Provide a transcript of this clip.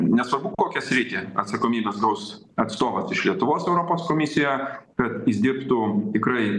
nesvarbu kokią sritį atsakomybes gaus atstovas iš lietuvos europos komisijoje kad jis dirbtų tikrai